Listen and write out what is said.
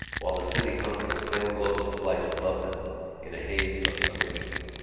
while the city hung its pale globes of light above them in a haze of summer evening.